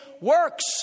works